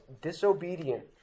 Disobedient